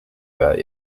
about